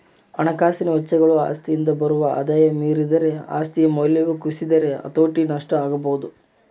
ಹಣಕಾಸಿನ ವೆಚ್ಚಗಳು ಆಸ್ತಿಯಿಂದ ಬರುವ ಆದಾಯ ಮೀರಿದರೆ ಆಸ್ತಿಯ ಮೌಲ್ಯವು ಕುಸಿದರೆ ಹತೋಟಿ ನಷ್ಟ ಆಗಬೊದು